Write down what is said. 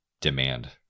Demand